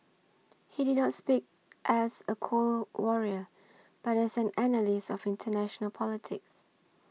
he did not speak as a Cold Warrior but as an analyst of international politics